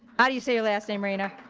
do you say your last name, reina?